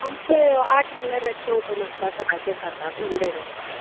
आमचें आठ म्हणल्यार रातचें ओपन आसता सकाळचें सातांक उगडें जाता